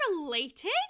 related